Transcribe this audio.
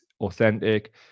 authentic